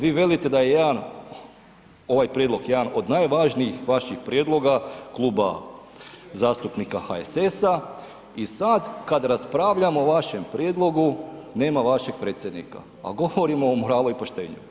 Vi velite da je jedan, ovaj prijedlog, jedan od najvažnijih vaših prijedloga Kluba zastupnika HSS-a i sad kad raspravljamo o vašem prijedlogu nema vašeg predsjednika, a govorimo o moralu i poštenju.